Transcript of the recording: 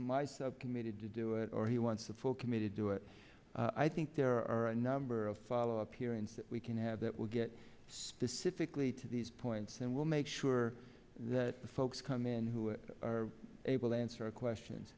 myself committed to do it or he wants the full committee to do it i think there are a number of follow up hearings we can have that will get specifically to these points and we'll make sure that the folks come in who are able to answer questions